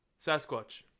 Sasquatch